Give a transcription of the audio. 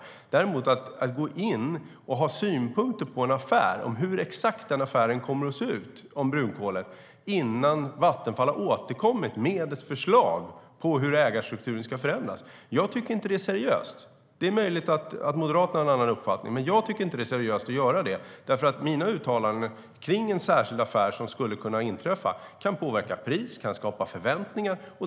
Att däremot gå in och ha synpunkter på exakt hur affären om brunkolet kommer att se ut innan Vattenfall har återkommit med ett förslag på hur ägarstrukturen ska förändras tycker jag inte är seriöst. Det är möjligt att Moderaterna har en annan uppfattning, men jag tycker inte att det är seriöst att göra det. Mina uttalanden om en viss affär som skulle kunna inträffa kan påverka pris och skapa förväntningar.